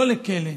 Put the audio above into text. לא לכלא.